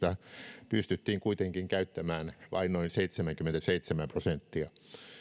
myönnetyistä pyyntiluvista pystyttiin kuitenkin käyttämään vain noin seitsemänkymmentäseitsemän prosenttia